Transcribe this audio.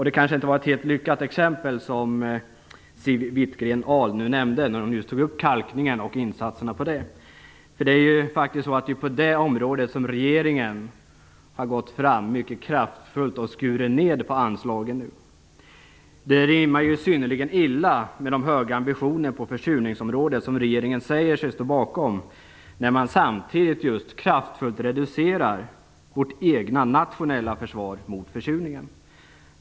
Det exempel som Siw Wittgren-Ahl nämnde var kanske inte helt lyckat. Hon tog upp kalkningen och insatserna för denna. Det är på det området som regeringen nu har gått fram mycket hårt och skurit ner på anslagen. Det rimmar synnerligen illa med de höga ambitioner på försurningsområdet som regeringen säger sig ha, när man samtidigt kraftigt reducerar vårt egna nationella försvar mot försurningen.